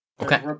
Okay